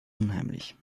unheimlich